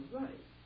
right